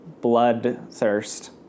bloodthirst